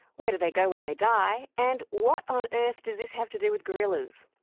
where do they go when they die, and what on earth does this have to do with gorillas?